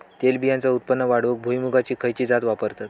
तेलबियांचा उत्पन्न वाढवूक भुईमूगाची खयची जात वापरतत?